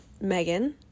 Megan